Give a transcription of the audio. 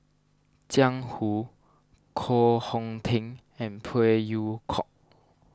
Jiang Hu Koh Hong Teng and Phey Yew Kok